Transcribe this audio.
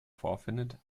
vorfindet